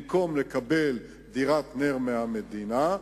במקום לקבל דירת נ"ר מהמדינה,